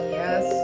yes